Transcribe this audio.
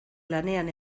lanean